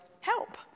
help